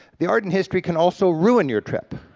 the art and history can also ruin your trip.